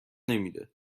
نمیده